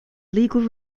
legal